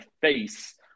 face